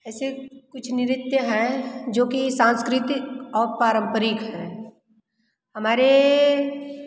ऐसी कुछ नृत्य हैं जो कि सांस्कृतिक और पारम्परिक हैं हमारे